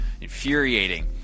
infuriating